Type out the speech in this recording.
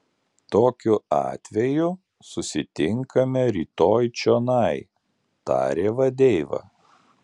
tokiu atveju susitinkame rytoj čionai tarė vadeiva